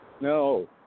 no